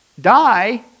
die